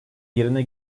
yerine